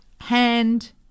hand